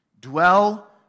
dwell